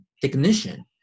technician